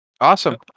Awesome